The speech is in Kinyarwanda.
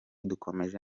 dukomeje